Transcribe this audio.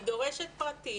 היא דורשת פרטים.